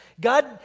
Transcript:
God